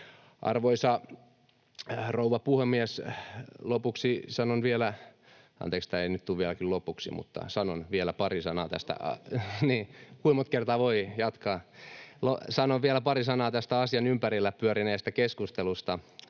voi jatkaa? — Sanon vielä pari sanaa tästä asian ympärillä pyörineestä keskustelusta.